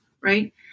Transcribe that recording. Right